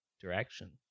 direction